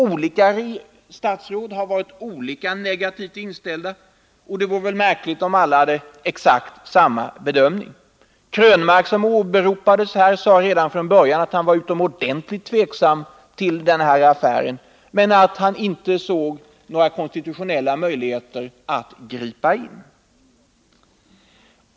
Olika statsråd har varit olika negativt inställda, och det vore väl märkligt om alla hade exakt samma bedömning. Eric Krönmark, som åberopades här, sade redan från början att han var utomordentligt tveksam till denna affär men att han inte såg några konstitutionella möjligheter att gripa in.